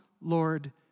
Lord